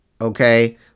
okay